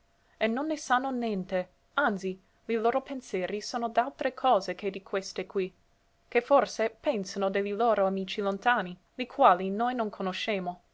e non ne sanno neente anzi li loro penseri sono d'altre cose che di queste qui ché forse pensano de li loro amici lontani li quali noi non conoscemo